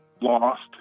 lost